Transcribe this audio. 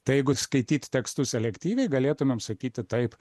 tai jeigu skaityt tekstus selektyviai galėtumėm sakyti taip